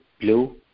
blue